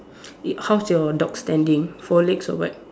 eh how's your dog standing four legs or what